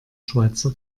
schweizer